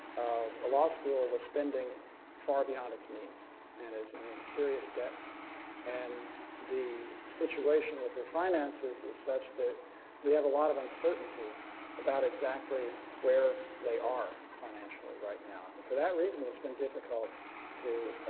the law school was spending far beyond its means and is in serious debt and the situation with their finances is such that we have a lot of uncertainty about exactly where they are financially right now. and for that reason, it has been difficult to